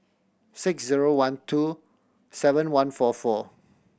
six zero one two seven one four four